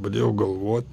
pradėjau galvot